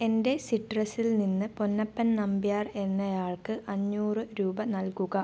എൻ്റെ സിട്രസിൽ നിന്ന് പൊന്നപ്പൻ നമ്പ്യാർ എന്നയാൾക്ക് അഞ്ഞൂറ് രൂപ നൽകുക